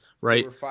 right